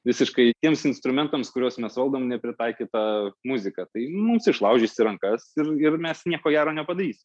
visiškai kitiems instrumentams kuriuos mes valdom nepritaikytą muziką tai mums išlaužysi rankas ir ir mes nieko gero nepadarysim